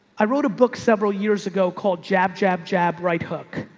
i wrote a book several years ago called jab, jab, jab, right hook,